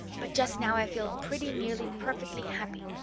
but just now i feel pretty nearly perfectly happy.